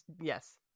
yes